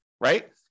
right